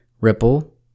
Ripple